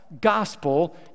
gospel